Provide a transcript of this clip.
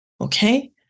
Okay